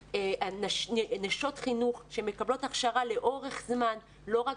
יהיו נשות חינוך שמקבלות הכשרה לאורך זמן ולא רק